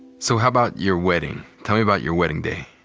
so how about your wedding? tell me about your wedding day.